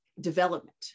development